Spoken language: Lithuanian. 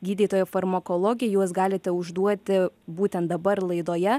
gydytojai farmakologei juos galite užduoti būtent dabar laidoje